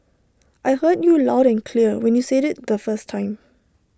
I heard you loud and clear when you said IT the first time